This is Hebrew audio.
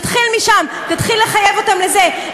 תתחיל משם, תתחיל לחייב אותם לזה.